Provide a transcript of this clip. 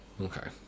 okay